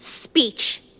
speech